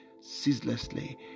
ceaselessly